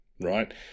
right